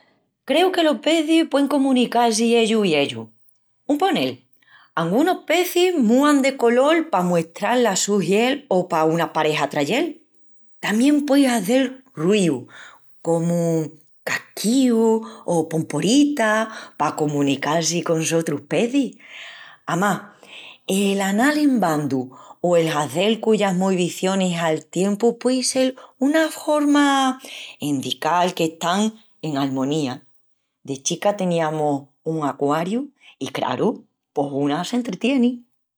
Creu que los pecis puein comunical-si ellus i ellus. Un ponel, angunus pecis múan de colol pa muestral la su hiel o pa una pareja atrayel. Tamién puein hazel ruius, comu casquíus o pomporitas, pa comunical-si con sotrus pecis. Amás, el anal en bandu o el hazel cuyas movicionis al tiempu puei sel una horma d'endical qu'están en almonía. De chica teniamus un aguariu i craru, pos una s'entretieni.